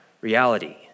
reality